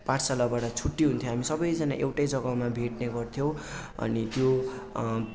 पाठशालाबाट छुट्टी हुन्थ्यो हामी सबैजना एउटै जग्गामा भेट्ने गर्थ्योँ अनि त्यो